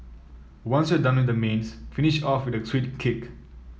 once you're done with the mains finish off with a sweet kick